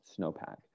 snowpack